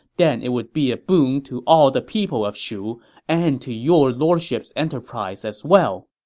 then it would be a boon to all the people of shu and to your lordship's enterprise as well!